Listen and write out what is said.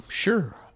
Sure